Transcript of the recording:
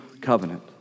covenant